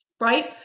right